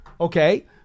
Okay